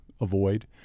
avoid